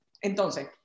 Entonces